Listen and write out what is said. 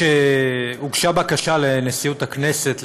הוגשה בקשה לנשיאות הכנסת,